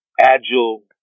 agile